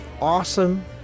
awesome